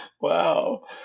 Wow